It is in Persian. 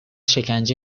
شکنجه